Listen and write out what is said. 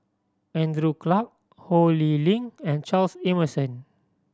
Andrew Clarke Ho Lee Ling and Charles Emmerson